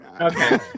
Okay